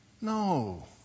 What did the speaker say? No